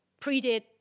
predate